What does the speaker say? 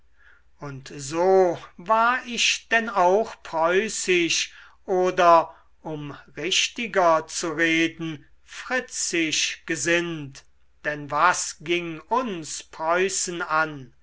und so war ich denn auch preußisch oder um richtiger zu reden fritzisch gesinnt denn was ging uns preußen an